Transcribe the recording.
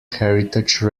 heritage